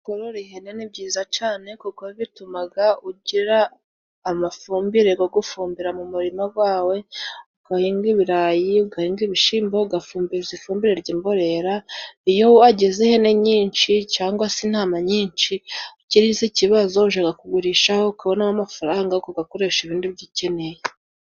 Korora ihene ni byiza cane kuko bitumaga ugira amafumbire go gufumbira mu murima gwawe, ugahinga ibirayi, ugahinga ibishimbo ugafumbiza ifumbire ry'imborera, iyo wagize ihene nyinshi cangwa si intama nyinshi ugize ikibazo ujaga kugurishaho ukabonamo amafaranga ukugakoresha ibindi byo ukeneye.